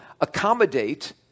accommodate